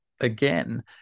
again